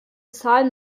zahlen